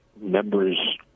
members